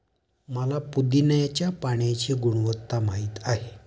मला पुदीन्याच्या पाण्याची गुणवत्ता माहित आहे